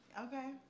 Okay